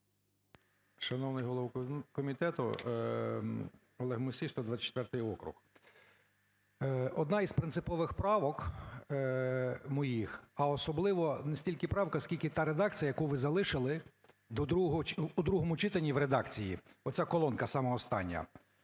Шановний голово комітету! Олег Мусій, 124 округ. Одна із принципових правок моїх, а особливо не стільки правка, скільки та редакція, яку ви залишили у другому читанні в редакції, оця колонка сама остання.